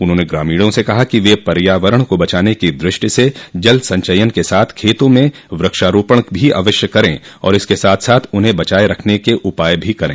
उन्होंने ग्रामीणों से कहा कि वे पर्यावरण को बचाने की दृष्टि से जल संचयन के साथ खेतों में वृक्षारोपण भी अवश्य करें और इसके साथ साथ उन्हें बचाये रखने के उपाय भी करें